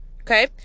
okay